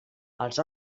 els